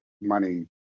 money